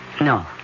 No